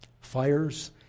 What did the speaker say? fires